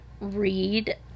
read